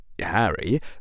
Harry